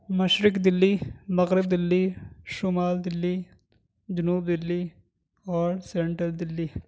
مشرق دلّی مغرب دلّی شمال دلّی جنوب دلّی اور سینٹرل دلّی